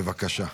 בבקשה.